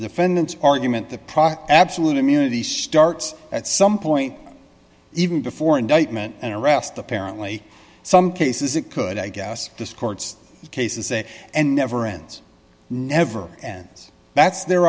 defendant's argument the proper absolute immunity starts at some point even before indictment and arrest apparently some cases it could i guess this court cases say and never ends never ends that's their